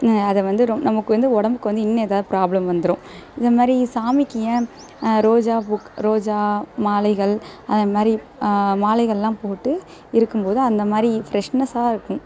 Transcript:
அதைவந்து ரொம்ப நமக்கு வந்து உடம்புக்கு வந்து இன்னும் ஏதாவது ப்ராப்ளம் வந்துடும் அது மாதிரி சாமிக்கு ஏன் ரோஜாப்பூக் ரோஜா மாலைகள் அந்தமாதிரி மாலைகளெலாம் போட்டு இருக்கும்போது அந்தமாதிரி ஃப்ரெஷ்னஸாக இருக்கும்